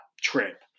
trip